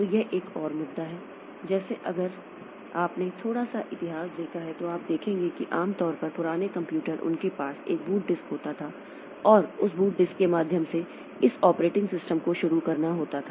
तो यह एक और मुद्दा है जैसे अगर आपने थोड़ा सा इतिहास देखा है तो आप देखेंगे कि आम तौर पर पुराने कंप्यूटर उनके पास एक बूट डिस्क होता था और उस बूट डिस्क के माध्यम से इस ऑपरेटिंग सिस्टम को शुरू करना होता था